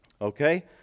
Okay